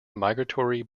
migratory